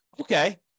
Okay